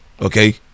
okay